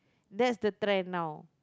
that's the trend now